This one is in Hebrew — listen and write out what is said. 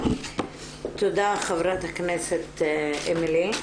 תודה חברת הכנסת אמילי.